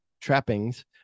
trappings